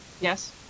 Yes